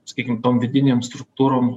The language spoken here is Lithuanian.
sakykim tom vidinėm struktūrom